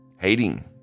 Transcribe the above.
hating